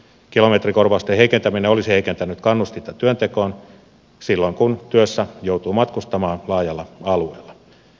kilometrikorvausten heikentäminen olisi heikentänyt kannustinta työntekoon silloin kun työssä joutuu matkustamaan laajalla alueella